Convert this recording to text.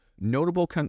notable